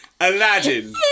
Aladdin